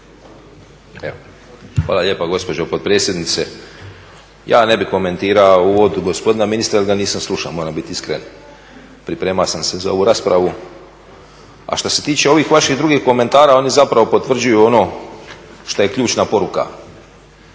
Hvala lijepa gospođo potpredsjednice. ja ne bih komentirao uvod gospodina ministra jer ga nisam slušao moram bit iskren, pripremao sam se za ovu raspravu. A šta se tiče ovih vaših drugih komentara oni zapravo potvrđuju ono šta je ključna poruka.